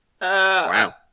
Wow